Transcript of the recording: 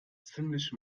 ziemlich